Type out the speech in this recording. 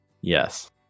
yes